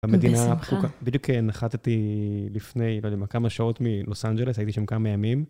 בדיוק נחתתי לפני לא יודע כמה שעות מלוס אנג'לס, הייתי שם כמה ימים.